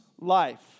life